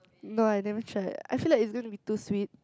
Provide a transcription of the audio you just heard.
no I never try I feel like it's going to be too sweet